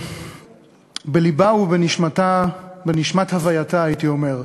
בלבה ובנשמתה, בנשמת הווייתה הייתי אומר,